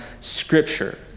scripture